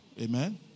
Amen